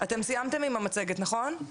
סיימתם עם המצגת נכון?